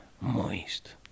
Moist